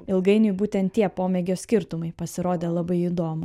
ilgainiui būtent tie pomėgio skirtumai pasirodė labai įdomu